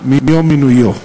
מיום מינויו.